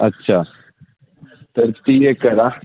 अच्छा तर ती एक करा